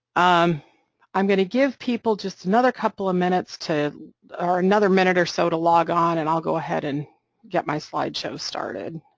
um i'm going to give people just another couple of minutes or another minute or so to log on and i'll go ahead and get my slideshow started.